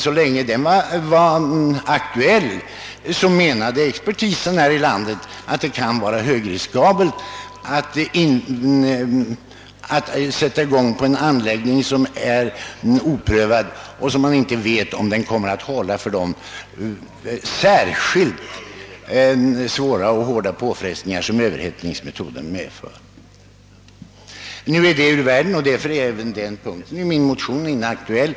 Så länge den var aktuell, menade expertisen här i landet, att det kunde vara högeligen riskabelt att sätta i gång med en anläggning som vore oprövad och om vilken man inte visste, huruvida den komme att hålla för de särskilt svåra och hårda påfrestningar som överhettningsmetoden innebure. Nu är den saken ur världen, och därför är min motion i den delen inaktuell.